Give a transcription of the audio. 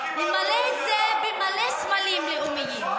למלא את זה במלא סמלים לאומיים.